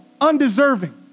undeserving